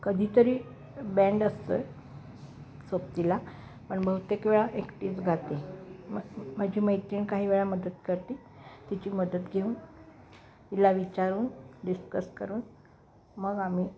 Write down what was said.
कधीतरी बँड असते सोबतीला पण बहुतेक वेळा एकटीच गाते मस् माझी मैत्रीण काही वेळा मदत करती तिची मदत घेऊन तिला विचारून डिस्कस करून मग आम्ही